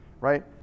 right